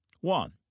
One